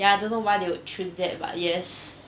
ya I don't know why they would choose that but yes